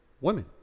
Women